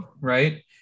right